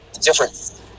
different